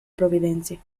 providencia